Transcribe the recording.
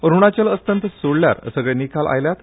अरुणाचल अस्तंत सोडहल्यार सगळे निकाल आयल्यात